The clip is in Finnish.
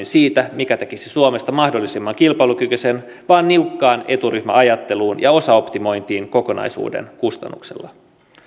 siitä mikä tekisi suomesta mahdollisimman kilpailukykyisen vaan niukkaan eturyhmäajatteluun ja osaoptimointiin kokonaisuuden kustannuksella